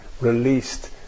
released